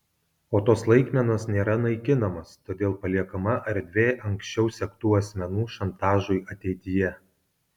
o tos laikmenos nėra naikinamos todėl paliekama erdvė anksčiau sektų asmenų šantažui ateityje